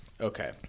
okay